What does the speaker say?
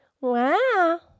Wow